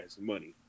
money